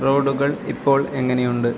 റോഡുകൾ ഇപ്പോള് എങ്ങനെയുണ്ട്